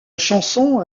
chanson